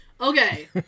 Okay